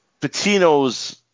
Patino's